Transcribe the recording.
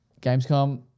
Gamescom